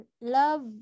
love